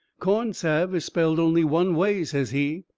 corn salve is spelled only one way, says he.